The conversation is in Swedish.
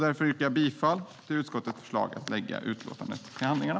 Därför yrkar jag bifall till utskottets förslag att lägga utlåtandet till handlingarna.